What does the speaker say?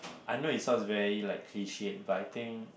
I know it sounds very like cliche but I think